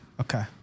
Okay